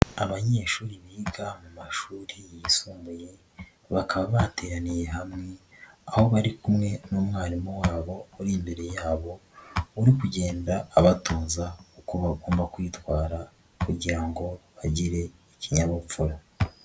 Abanyeshuri biga mu mashuri yisumbuye, bakaba bateraniye hamwe, aho bari kumwe n'umwarimu wabo, uri imbere yabo uri kugenda abatoza uko bagomba kwitwara kugira ngo bagire ikinyabupfura.